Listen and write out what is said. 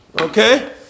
Okay